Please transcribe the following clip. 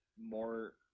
more